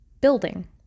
building